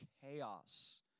chaos